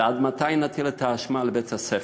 עד מתי נטיל את האשמה על בית-הספר?